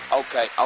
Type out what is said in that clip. okay